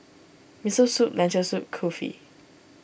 Miso Soup Lentil Soup Kulfi